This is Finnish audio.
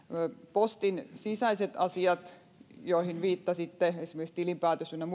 postin sisäiset asiat joihin viittasitte esimerkiksi tilinpäätös ynnä